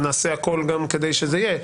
ונעשה הכל גם שזה יהיה,